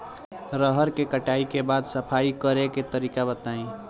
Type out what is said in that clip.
रहर के कटाई के बाद सफाई करेके तरीका बताइ?